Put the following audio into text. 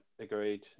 agreed